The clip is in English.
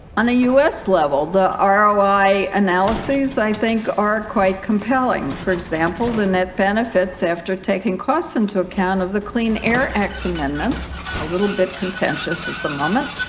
on a u s. level the ah roi analyses i think are quite compelling for example the net benefits after taking costs into account of the clean air act amendments a little bit contentious at the moment